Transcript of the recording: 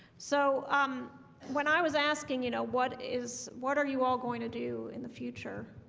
so um when i was asking, you know, what is what are you all going to do in the future?